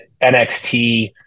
NXT